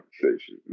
conversation